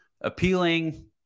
Appealing